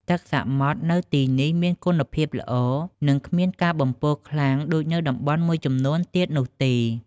ទឹកសមុទ្រនៅទីនេះមានគុណភាពល្អ និងគ្មានការបំពុលខ្លាំងដូចនៅតំបន់មួយចំនួនទៀតនោះទេ។